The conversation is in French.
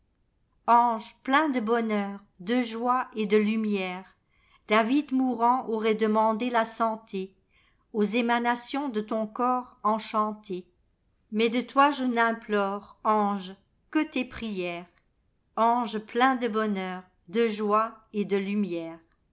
ange plein de bonheur de joie et de lumières david mourant aurait demandé la santé aux émanations de ton corps enchanté mais de toi je n'impiore ange que tes prières ange plein de bonheur de joie et de lumières